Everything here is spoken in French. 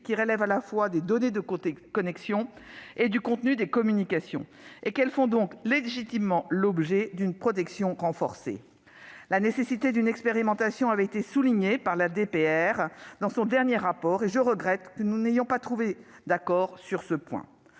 qui relèvent à la fois des données de connexion et du contenu des communications et qu'elles font donc légitimement l'objet d'une protection renforcée. La nécessité d'une expérimentation avait été soulignée par la DPR dans son dernier rapport, et je regrette que nous n'ayons pas trouvé d'accord sur ce point.